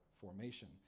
formation